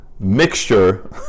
mixture